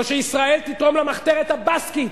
או שישראל תתרום למחתרת הבסקית.